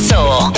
Soul